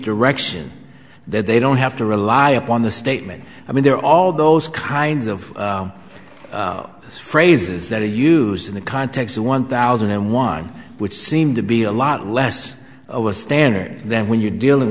direction that they don't have to rely upon the statement i mean there are all those kinds of phrases that are used in the context of one thousand and one which seemed to be a lot less of a standard than when you're dealing